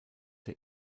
der